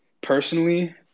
personally